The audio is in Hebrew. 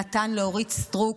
נתן לאורית סטרוק,